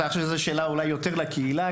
אולי זו שאלה יותר לקהילה,